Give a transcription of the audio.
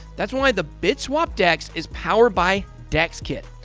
that's why the bitswap dex is powered by dexkit.